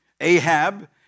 Ahab